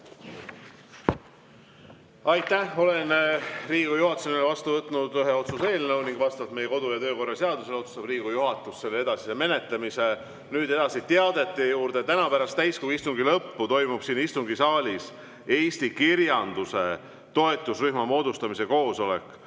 Aitäh! Olen Riigikogu juhatuse nimel vastu võtnud ühe otsuse eelnõu ning vastavalt meie kodu‑ ja töökorra seadusele otsustab Riigikogu juhatus selle edasise menetlemise. Nüüd teadete juurde. Täna pärast täiskogu istungi lõppu toimub siin istungisaalis eesti kirjanduse toetusrühma moodustamise koosolek,